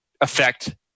affect